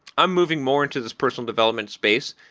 i'm moving more into this personal development space,